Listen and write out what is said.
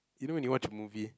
you know when you watch a movie